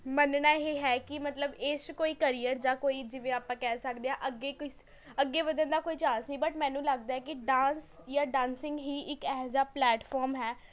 ਮੰਨਣਾ ਇਹ ਹੈ ਕਿ ਮਤਲਬ ਇਸ 'ਚ ਕੋਈ ਕਰੀਅਰ ਜਾਂ ਕੋਈ ਜਿਵੇਂ ਆਪਾਂ ਕਹਿ ਸਕਦੇ ਹਾਂ ਅੱਗੇ ਕਿਸ ਅੱਗੇ ਵਧਣ ਦਾ ਕੋਈ ਚਾਂਸ ਨਹੀਂ ਬਟ ਮੈਨੂੰ ਲੱਗਦਾ ਕਿ ਡਾਂਸ ਜਾਂ ਡਾਂਸਿੰਗ ਹੀ ਇੱਕ ਇਹ ਜਾ ਪਲੈਟਫੋਮ ਹੈ